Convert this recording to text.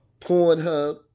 Pornhub